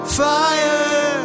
fire